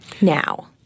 now